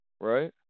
Right